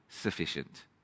sufficient